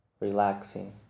relaxing